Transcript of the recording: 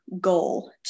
goal